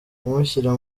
kumushyira